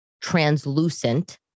translucent